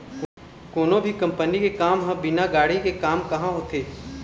कोनो भी कंपनी के काम ह बिना गाड़ी के काम काँहा होथे